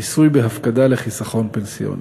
מיסוי בהפקדה לחיסכון פנסיוני,